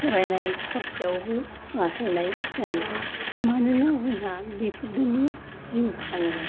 फरायनाय खरसायावबो बाहायनाय जायो मानोना जोंहा बेफोरजों जिउ खाङो